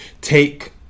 take